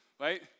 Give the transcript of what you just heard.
right